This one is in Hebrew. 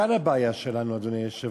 כאן הבעיה שלנו, אדוני היושב-ראש,